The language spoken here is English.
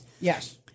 Yes